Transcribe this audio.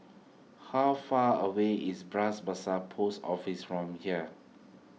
how far away is Bras Basah Post Office from here